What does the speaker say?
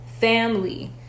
family